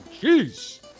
Jeez